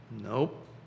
Nope